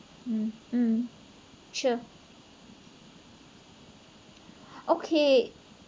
mm mm sure okay